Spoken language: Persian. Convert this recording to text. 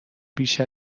بیش